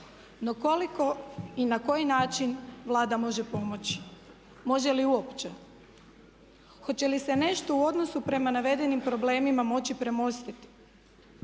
No koliko i na koji način Vlada može pomoći? Može li uopće? Hoće li se nešto u odnosu prema navedenim problemima moći premostiti?